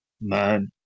man